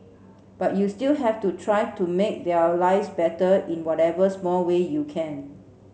but you still have to try to make their lives better in whatever small way you can